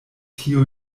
tio